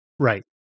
Right